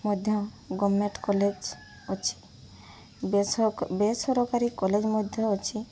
ମଧ୍ୟ ଗଭର୍ଣ୍ଣମେଣ୍ଟ ଅଛି ବେସରକାରୀ କଲେଜ୍ ମଧ୍ୟ ଅଛି